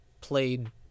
played